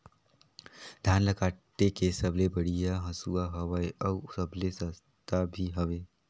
धान ल काटे के सबले बढ़िया हंसुवा हवये? अउ सबले सस्ता भी हवे?